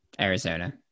Arizona